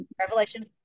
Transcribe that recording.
Revelation